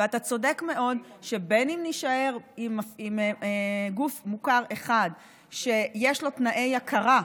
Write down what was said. ואתה צודק מאוד שבין שנישאר עם גוף מוכר אחד שיש לו תנאי הכרה,